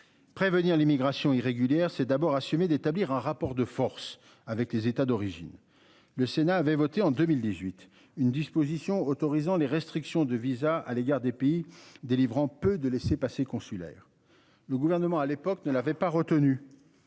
Prévenir l'immigration irrégulière. C'est d'abord assumer d'établir un rapport de force avec les états d'origine. Le Sénat avait voté en 2018 une disposition autorisant les restrictions de visas à l'égard des pays délivrant peu de laissez-passer consulaires le gouvernement à l'époque ne l'avait pas retenu.